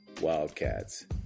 Wildcats